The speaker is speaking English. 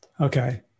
Okay